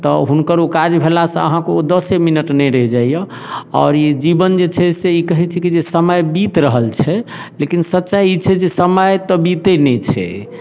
तऽ हुनकर ओ काज भेलासँ अहाँ कऽ ओ दशे मिनट नहि रहि जाइया आओर ई जीवन जे छै से ई कहैत छै कि जे समय बीत रहल छै लेकिन सच्चाइ ई छै जे समय तऽ बीतैत नहि छै